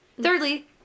Thirdly